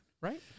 right